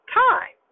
time